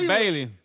Bailey